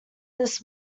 this